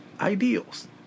ideals